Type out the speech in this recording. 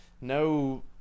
no